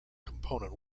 component